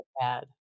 bad